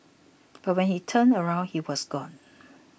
but when he turned around he was gone